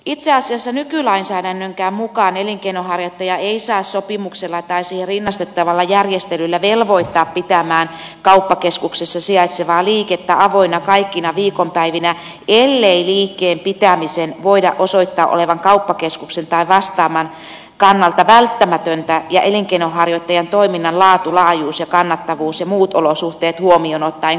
itse asiassa nykylainsäädännönkään mukaan elinkeinonharjoittajaa ei saa sopimuksella tai siihen rinnastettavalla järjestelyllä velvoittaa pitämään kauppakeskuksessa sijaitsevaa liikettä avoinna kaikkina viikonpäivinä ellei liikkeen pitämisen voida osoittaa olevan kauppakeskuksen tai vastaavan kannalta välttämätöntä ja elinkeinonharjoittajan toiminnan laatu laajuus kannattavuus ja muut olosuhteet huomioon ottaen kohtuullista